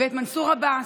בבקשה.